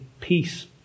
peace